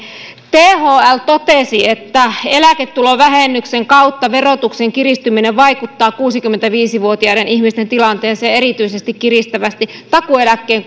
thl totesi että eläketulovähennyksen kautta verotuksen kiristyminen vaikuttaa kuusikymmentäviisi vuotiaiden ihmisten tilanteeseen erityisesti kiristävästi takuueläkkeen